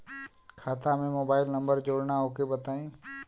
खाता में mobile number जोड़ना ओके बताई?